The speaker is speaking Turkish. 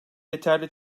yeterli